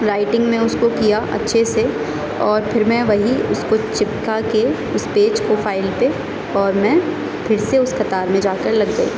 lighting میں اس کو کیا اچھے سے اور پھر میں وہیں اس کو چپکا کے اس پیج کو فائل پہ اور میں پھر سے اس قطار میں جا کر لگ گئی